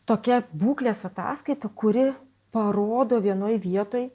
tokia būklės ataskaita kuri parodo vienoj vietoj